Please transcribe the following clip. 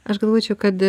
aš galvočiau kad